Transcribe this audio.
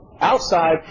Outside